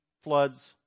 floods